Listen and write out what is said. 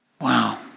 Wow